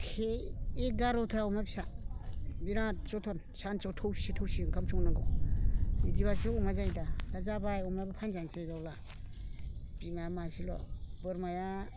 एगार'था अमा फिसा बिराद जोथोन सानसेयाव थौसे थौसे ओंखाम संनांगौ बिदिबासो अमा जायोदा दा जाबाय अमाबो फानजानोसै बावला बिमाया मासेल' बोरमाया